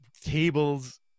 tables